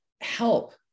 help